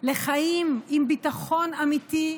לחיים עם ביטחון אמיתי,